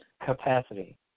capacity